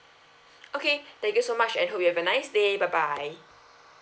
okay thank you so much and hope you have a nice day bye bye